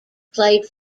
played